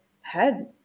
head